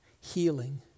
healing